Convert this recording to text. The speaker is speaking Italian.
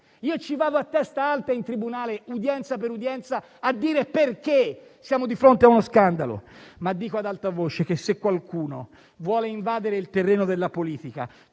ci vado a testa alta in tribunale, udienza per udienza, a dire perché siamo di fronte a uno scandalo. Tuttavia dico ad alta voce che se qualcuno vuole invadere il terreno della politica,